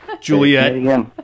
Juliet